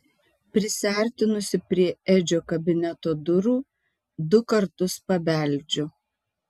prisiartinusi prie edžio kabineto durų du kartus pabeldžiu